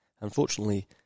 Unfortunately